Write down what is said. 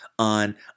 on